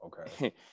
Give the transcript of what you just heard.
Okay